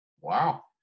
Wow